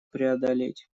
преодолеть